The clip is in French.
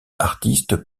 artistes